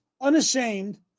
unashamed